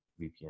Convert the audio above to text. VPN